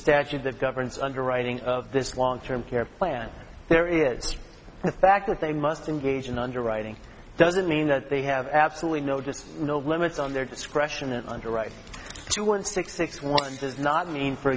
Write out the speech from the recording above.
statute that governs underwriting of this long term care plan there is the fact that they must engage in underwriting doesn't mean that they have absolutely no just no limits on their discretion and your right to one six six one does not mean for